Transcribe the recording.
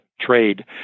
trade